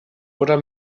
oder